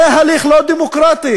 זה הליך לא דמוקרטי.